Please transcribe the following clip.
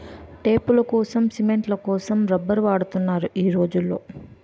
టేపులకోసం, సిమెంట్ల కోసం రబ్బర్లు వాడుతున్నారు ఈ రోజుల్లో